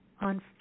on